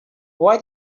why